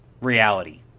reality